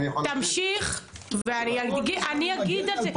תמשיך ואני אגיד על זה,